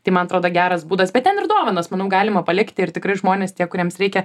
tai man atrodo geras būdas bet ten ir dovanas manau galima palikti ir tikrai žmonės tie kuriems reikia